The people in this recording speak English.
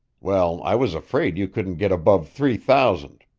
well, i was afraid you couldn't get above three thousand.